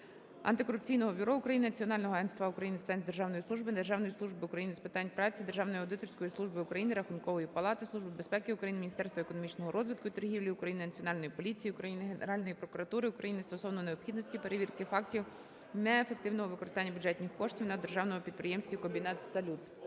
антикорупційного бюро України, Національного агентства України з питань державної служби, Державної служби України з питань праці, Державної аудиторської служби України, Рахункової палати, Служби безпеки України, Міністерства економічного розвитку і торгівлі України, Національної поліції України, Генеральної прокуратури України стосовно необхідності перевірки фактів неефективного використання бюджетних коштів на Державному підприємстві "Комбінат "Салют".